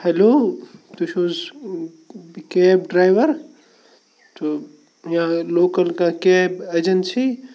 hello تُہۍ چھُو حظ کیب ڈرٛایوَر تہٕ یا لوکَل کانٛہہ کیب اٮ۪جَنسی